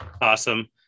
awesome